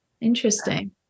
Interesting